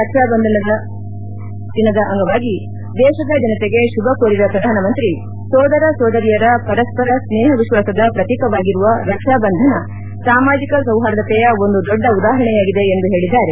ರಕ್ಷಾ ಬಂಧನ ದಿನದ ಅಂಗವಾಗಿ ದೇಶದ ಜನತೆಗೆ ಶುಭ ಕೋರಿದ ಪ್ರಧಾನಮಂತ್ರಿ ಸೋದರ ಸೋದರಿಯರ ಪರಸ್ವರ ಸ್ವೇಹ ವಿಶ್ವಾಸದ ಪ್ರತೀಕವಾಗಿರುವ ರಕ್ಷಾ ಬಂಧನ ಸಾಮಾಜಿಕ ಸೌಹಾರ್ದತೆಯ ಒಂದು ದೊಡ್ಡ ಉದಾಹರಣೆಯಾಗಿದೆ ಎಂದು ಹೇಳಿದ್ದಾರೆ